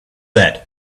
that